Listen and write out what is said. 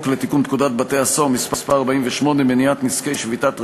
לתיקון פקודת בתי-הסוהר (מס' 48) (מניעת נזקי שביתת רעב),